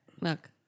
Look